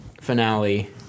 finale